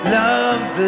love